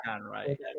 right